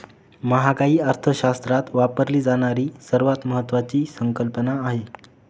महागाई अर्थशास्त्रात वापरली जाणारी सर्वात महत्वाची संकल्पना आहे